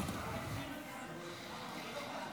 חבר הכנסת אחמד טיבי, איננו.